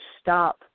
stop